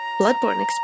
Bloodborne